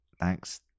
Thanks